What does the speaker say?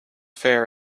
fair